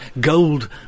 gold